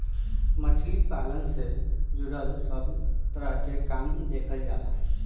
मछली पालन से जुड़ल सब तरह के काम देखल जाला